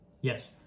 Yes